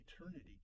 eternity